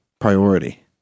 priority